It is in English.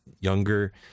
younger